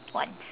ones